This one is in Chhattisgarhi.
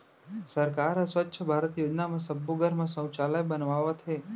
सरकार ह स्वच्छ भारत योजना म सब्बो घर म सउचालय बनवावत हे